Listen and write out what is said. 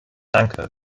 danke